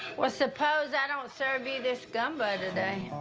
well, suppose i don't serve you this gumbo today.